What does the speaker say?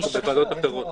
ראשון?